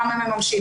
כמה מממשים,